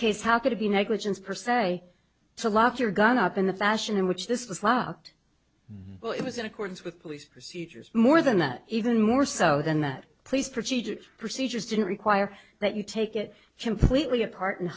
it be negligence percent a to lock your gun up in the fashion in which this was locked well it was in accordance with police procedures more than that even more so than that police procedures procedures didn't require that you take it completely apart and